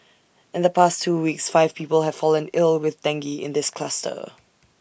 in the past two weeks five people have fallen ill with dengue in this cluster